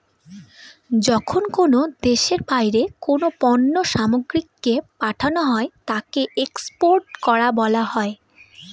যখন কোনো দেশের বাইরে কোনো পণ্য সামগ্রীকে পাঠানো হয় তাকে এক্সপোর্ট করা বলা হয়